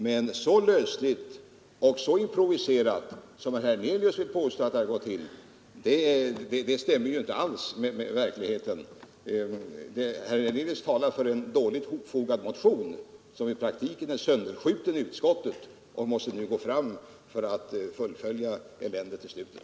Men att det skulle ha gått till så lösligt och improviserat som herr Hernelius vill påstå stämmer inte alls med verkligheten. Herr Hernelius talar för en dåligt hopfogad motion, som i praktiken är sönderskjuten i utskottet, och måste fullfölja eländet till slutet.